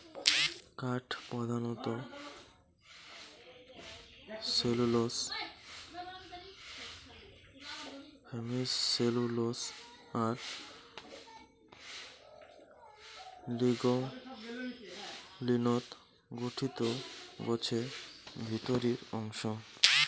কাঠ প্রধানত cellulose, hemicellulose আর লিগলিনত গঠিত গছের ভিতরির অংশ